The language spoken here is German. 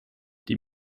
die